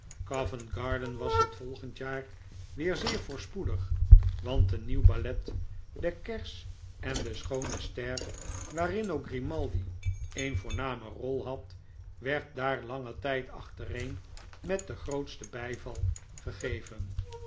covent-garden was het volgende jaar weer zeer voorspoedig want een nieuw ballet de kers en de schoone ster waarin ook grimaldi eene voorname rol had werd daar langen tijd achtereen met den grootsten bijval gegeven